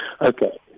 Okay